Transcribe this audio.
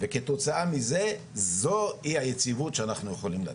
וכתוצאה מזה זוהי היציבות שאנחנו יכולים לתת.